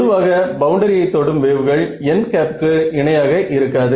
பொதுவாக பவுண்டரியை தொடும் வேவ்கள் n க்கு இணையாக இருக்காது